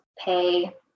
pay